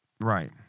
Right